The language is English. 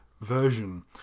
version